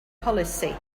polisi